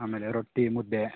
ಆಮೇಲೆ ರೊಟ್ಟಿ ಮುದ್ದೆ